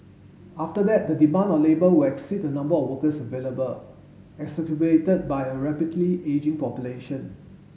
after that the demand of labour will exceed the number of workers available exacerbated by a rapidly ageing population